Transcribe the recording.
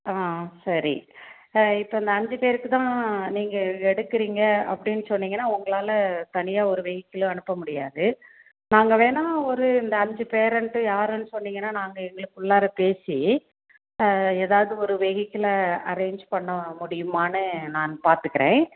ஆ ஆ சரி இப்போ இந்த அஞ்சு பேருக்கு தான் நீங்கள் எடுக்குறிங்க அப்படின்னு சொன்னிக்கன்னா உங்களால் தனியாக ஒரு வெஹிக்கலும் அனுப்ப முடியாது நாங்கள் வேணா ஒரு இந்த அஞ்சு பேரண்ட்டு யாருன்னு சொன்னிங்கன்னா நாங்கள் எங்களுக்குள்ளார பேசி எதாவுது ஒரு வெஹிக்கலை அரேஞ்ச் பண்ண முடியுமான்னு நான் பார்த்துக்கிறேன்